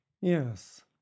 Yes